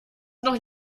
noch